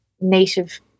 native